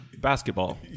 basketball